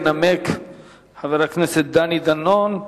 ינמק חבר הכנסת דני דנון.